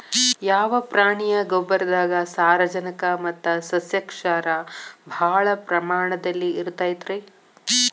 ಯಾವ ಪ್ರಾಣಿಯ ಗೊಬ್ಬರದಾಗ ಸಾರಜನಕ ಮತ್ತ ಸಸ್ಯಕ್ಷಾರ ಭಾಳ ಪ್ರಮಾಣದಲ್ಲಿ ಇರುತೈತರೇ?